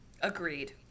Agreed